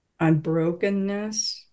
unbrokenness